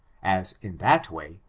as, in that way,